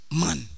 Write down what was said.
man